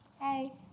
Hey